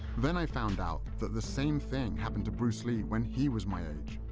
then i found out that the same thing happened to bruce lee when he was my age,